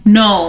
no